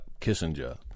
Kissinger